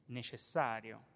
necessario